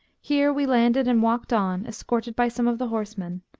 here we landed and walked on, escorted by some of the horsemen,